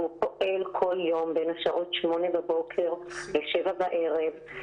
והוא פועל כל יום בין השעות שמונה בבוקר לשבע בערב.